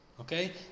Okay